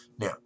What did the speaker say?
Now